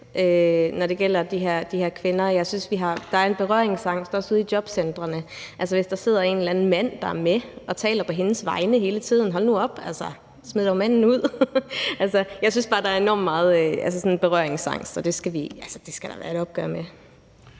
når det gælder de her kvinder. Jeg synes, at der er en berøringsangst, også ude i jobcentrene. Der kan sidde en eller anden mand, der er med og taler på hendes vegne hele tiden – hold nu op, altså; smid dog manden ud. Jeg synes bare, der er enormt meget berøringsangst, og det skal der være et opgør med.